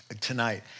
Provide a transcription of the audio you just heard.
tonight